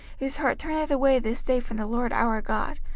whose heart turneth away this day from the lord our god,